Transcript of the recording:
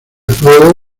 luego